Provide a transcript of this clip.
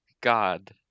god